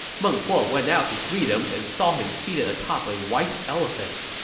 meng huo went out to greet him and saw him seated atop a white elephant.